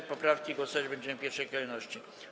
Nad poprawkami głosować będziemy w pierwszej kolejności.